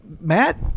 Matt